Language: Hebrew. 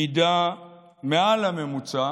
מידה מעל הממוצע